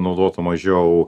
naudotų mažiau